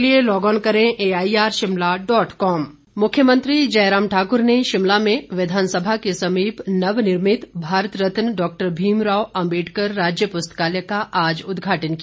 पुस्तकालय मुख्यमंत्री जयराम ठाक्र ने शिमला में विधानसभा के समीप नवनिर्मित भारत रत्न डॉक्टर भीम राव अम्बेडकर राज्य पुस्तकालय का आज उदघाटन किया